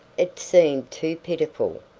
it seemed too pitiful,